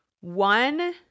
One